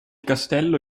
castello